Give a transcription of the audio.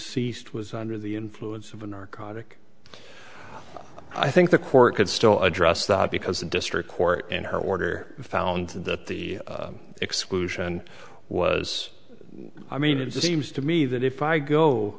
ceased was under the influence of a narcotic i think the court could still address thought because the district court and her order found to that the exclusion was i mean it seems to me that if i go